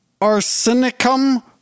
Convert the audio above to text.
Arsenicum